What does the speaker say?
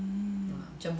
mm